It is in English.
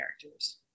characters